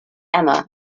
emma